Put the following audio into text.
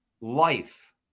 life